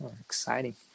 Exciting